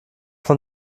von